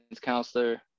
counselor